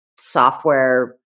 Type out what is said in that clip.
software